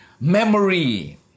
memory